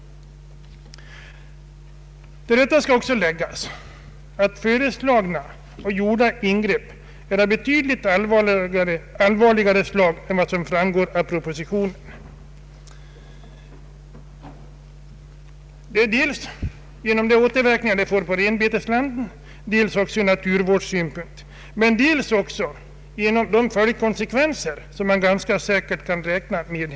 Till detta skall också läggas att föreslagna och gjorda ingrepp är av betydligt allvarligare slag än vad som framgår av propositionen. Dels får de återverkningar på renbeteslanden, dels får de betydelse ur naturvårdssynpunkt och dels får de konsekvenser med krav om ytterligare utbyggnad, Kaitum, som man ganska säkert kan räkna med.